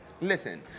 Listen